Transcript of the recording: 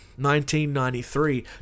1993